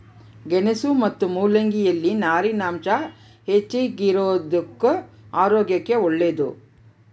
ಗೆಣಸು ಮತ್ತು ಮುಲ್ಲಂಗಿ ಯಲ್ಲಿ ನಾರಿನಾಂಶ ಹೆಚ್ಚಿಗಿರೋದುಕ್ಕ ಆರೋಗ್ಯಕ್ಕೆ ಒಳ್ಳೇದು